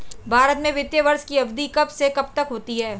भारत में वित्तीय वर्ष की अवधि कब से कब तक होती है?